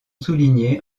soulignés